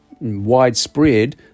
widespread